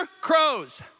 crows